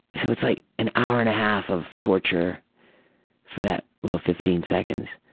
so it's like an hour and a half of torture for that fifteen seconds.